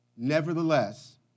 Nevertheless